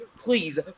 Please